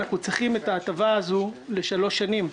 אנחנו צריכים את ההטבה הזו לשלוש שנים,